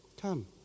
come